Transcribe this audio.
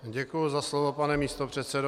Děkuji za slovo, pane místopředsedo.